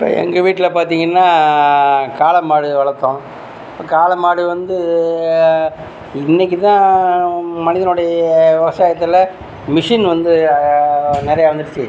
இப்போ எங்கள் வீட்டில் பார்த்தீங்கன்னா காளைமாடு வளர்த்தோம் காளைமாடு வந்து இன்னைக்கு தான் மனிதனுடைய விவசாயத்தில் மிஷின் வந்து நிறையா வந்துடுச்சு